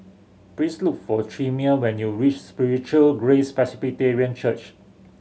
please look for Chimere when you reach Spiritual Grace Presbyterian Church